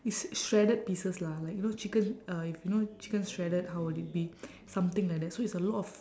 it's shredded pieces lah like you know chicken uh if you know chicken shredded how will it be something like that so it's a lot of